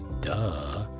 Duh